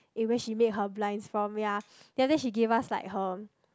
eh where she made her blinds from ya then that she gave us like her